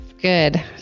good